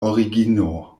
origino